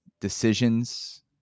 decisions